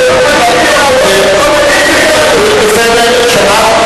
חס וחלילה.